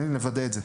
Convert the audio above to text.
נוודא את זה.